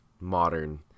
modern